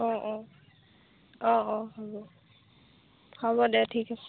অঁ অঁ অঁ অঁ হ'ব হ'ব দে ঠিক আছে